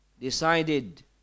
decided